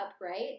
right